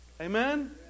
Amen